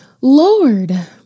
Lord